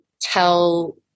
tell